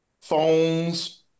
phones